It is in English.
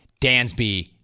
Dansby